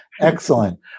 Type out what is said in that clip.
Excellent